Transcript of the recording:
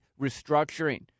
restructuring